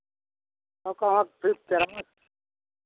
और कहाँ क फिर चलावत